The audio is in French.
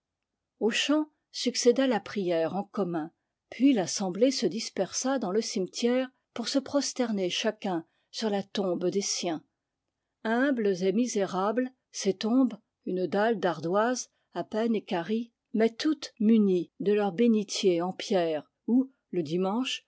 au chant succéda la prière en commun puis l'assemblée se dispersa dans le cimetière pour se prosterner chacun sur la tombe des siens humbles et misérables ces tombes une dalle d'ardoise à peine équarrie mais toutes munies de leur bénitier en pierre où le dimanche